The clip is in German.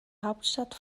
hauptstadt